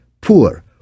poor